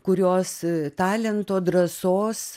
kurios talento drąsos